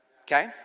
Okay